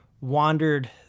wandered